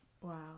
Wow